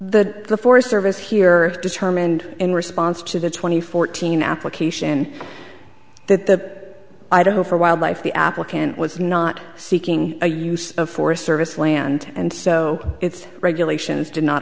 here the forest service here determined in response to the twenty fourteen application that the idaho for wildlife the applicant was not seeking a use of forest service land and so its regulations did not